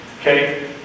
Okay